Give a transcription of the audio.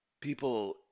people